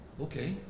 Okay